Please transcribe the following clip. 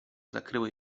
zakryły